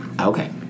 Okay